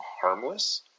harmless